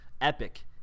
Epic